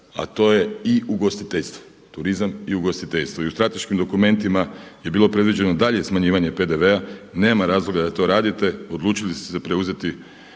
a to je i ugostiteljstvo, turizam i ugostiteljstvo. I u strateškim dokumentima je bilo predviđeno daljnje smanjivanje PDV-a. Nema razloga da to radite, odlučili ste se preuzeti